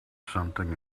something